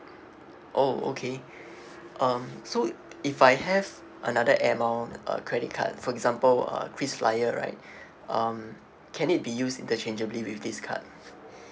oh okay um so if I have another air mile uh credit card for example uh krisflyer right um can it be used interchangeably with this card